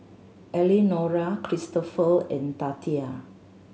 Elenora Kristopher and Tatia